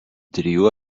trijų